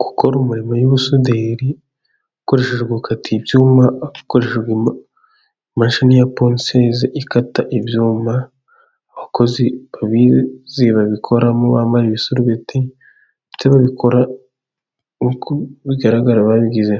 Gukora imirimo y'ubusuderi ukoresheje gukatira ibyuma hakoreshejwe imashini ya ponseze ikata ibyuma. Abakozi babizi babikoramo bambaye ibisarubete ndetse babikora, uko bigaragara babigize